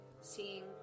seeing